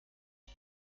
and